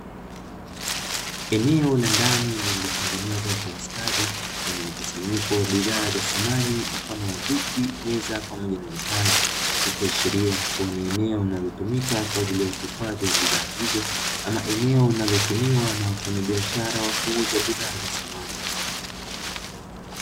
Eneo la ndani lililotengenezwa kwa ustadi lenye mkusanyiko bidhaa za samani ikiwemo viti, meza pamoja na vitanda, ikiashiria kuwa ni enepo linalotumika kwa ajili ya uhifadhi wa bidhaa hizo, ama eneo linalotumiwa na wafanya biashara wa bidhaa za samani.